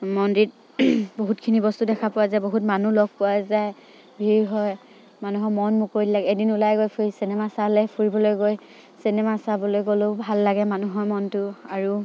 মন্দিৰত বহুতখিনি বস্তু দেখা পোৱা যায় বহুত মানুহ লগ পোৱা যায় ভিৰ হয় মানুহৰ মন মুকলি লাগে এদিন ওলাই গৈ ফুৰি চিনেমা চালে ফুৰিবলৈ গৈ চিনেমা চাবলৈ গ'লেও ভাল লাগে মানুহৰ মনটো আৰু